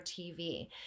TV